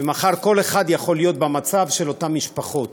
שמחר כל אחד יכול להיות במצב של אותן משפחות.